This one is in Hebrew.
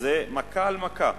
אז זו מכה על מכה.